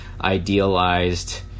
idealized